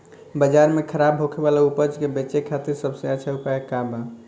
बाजार में खराब होखे वाला उपज के बेचे खातिर सबसे अच्छा उपाय का बा?